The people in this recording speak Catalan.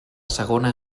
segona